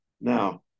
Now